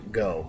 go